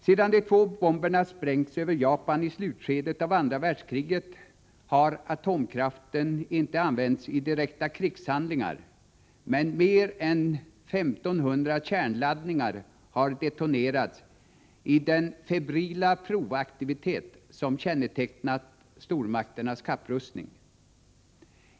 Sedan de två bomberna sprängts över Japan i slutskedet av andra världskriget har atomkraften inte använts i direkta krigshandlingar, men mer än 1500 kärnladdningar har detonerats i den febrila provaktivitet som kännetecknat stormakternas kapprustning.